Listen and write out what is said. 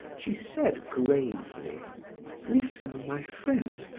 she said gravely listen, my friend,